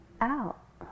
out